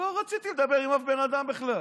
לא רציתי לדבר עם אף בן אדם בכלל.